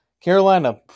Carolina